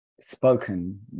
spoken